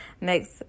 next